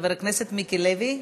חבר הכנסת מיקי לוי.